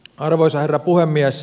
arvoisa herra puhemies